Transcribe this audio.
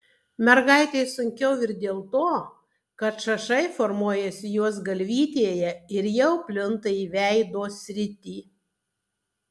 mergaitei sunkiau ir dėl to kad šašai formuojasi jos galvytėje ir jau plinta į veido sritį